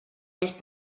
més